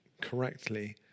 correctly